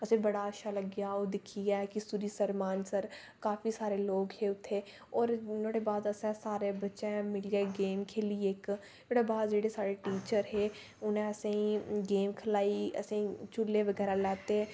असें बड़ा अच्छा लग्गेआ ओह् दिक्खियै कि सरूईंसर मानसर काफी सारे लोक हे उत्थै और नुआढ़े बाद असें सारें बच्चें मिलियै गेम खेली इक्क ओह्दे बाद जेह्ड़े साढ़े टीचर हे उ'नें असेंगी गेम खलाई असें झूले बगैरा लैते